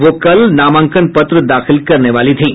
वो कल नामांकन पत्र दाखिल करने वाली थीं